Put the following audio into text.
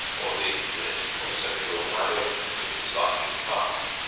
or the political or social organization in which his life is cast.